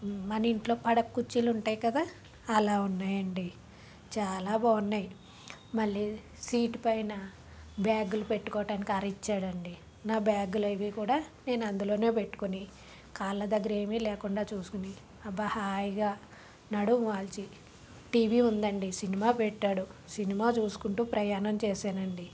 మనింట్లో పడక్కుర్చీలుంటాయి కదా అలా ఉన్నాయండి చాలా బాగున్నాయి మళ్ళీ సీట్ పైన బ్యాగులు పెట్టుకోవడానికరిచ్చాడండి నా బ్యాగులు అవి కూడా నేను అందులోనే పెట్టుకొని కాళ్ళ దగ్గర ఏమీ లేకుండా చూసుకొని అబ్బా హాయిగా నడుము వాల్చి టీవీ ఉందండి సినిమా పెట్టాడు సినిమా చూసుకుంటూ ప్రయాణం చేశానండి